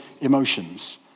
emotions